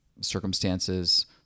circumstances